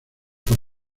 por